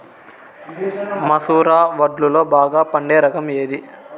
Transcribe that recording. మసూర వడ్లులో బాగా పండే రకం ఏది?